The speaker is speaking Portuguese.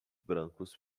brancos